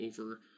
over